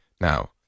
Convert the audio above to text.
Now